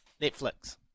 Netflix